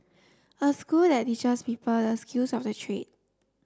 a school that teaches people the skills of the trade